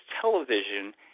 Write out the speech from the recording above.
television